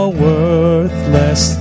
worthless